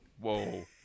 Whoa